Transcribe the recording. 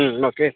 ಹ್ಞೂ ಓಕೆ